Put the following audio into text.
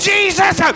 Jesus